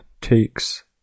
takes